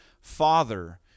father